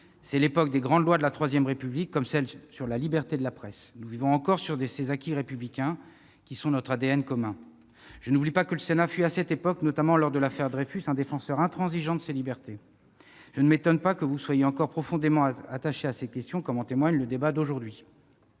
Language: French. C'est l'époque des grandes lois de la III République comme celle sur la liberté de la presse. Nous vivons encore sur ces acquis républicains, qui sont notre ADN commun. Je n'oublie pas que le Sénat fut à cette époque, notamment lors de l'affaire Dreyfus, un défenseur intransigeant de ces libertés. Je ne m'étonne pas que vous soyez encore profondément attachés à ces questions, comme en témoigne le débat d'aujourd'hui.